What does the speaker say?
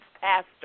pastor